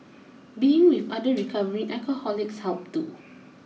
being with other recovering alcoholics helped too